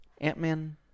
Ant-Man